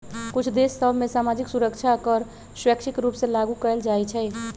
कुछ देश सभ में सामाजिक सुरक्षा कर स्वैच्छिक रूप से लागू कएल जाइ छइ